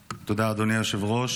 תודה, אדוני היושב-ראש.